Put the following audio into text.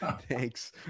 Thanks